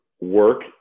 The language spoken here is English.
work